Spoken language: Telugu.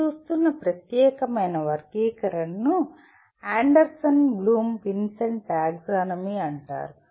మేము చూస్తున్న ప్రత్యేకమైన వర్గీకరణను అండర్సన్ బ్లూమ్ విన్సెంటి టాక్సానమీ అంటారు